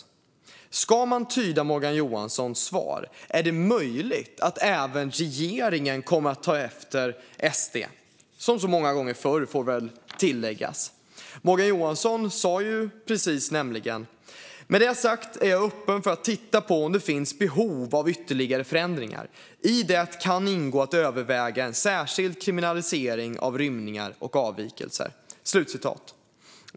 Man kan också tyda Morgan Johanssons interpellationssvar som att det är möjligt att även regeringen kommer att ta efter SD - som så många gånger förr, får väl tilläggas. Morgan Johansson sa nämligen precis: "Med det sagt är jag öppen för att titta på om det finns behov av ytterligare förändringar. I det kan ingå att överväga en särskild kriminalisering av rymningar och avvikelser."